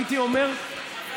הייתי אומר,